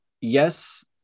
Yes